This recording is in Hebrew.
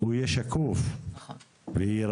הוא יהיה שקוף והוא